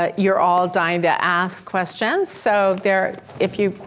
ah you're all dying to ask questions. so, there, if you,